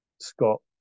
Scott